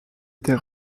était